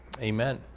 Amen